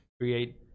create